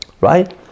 right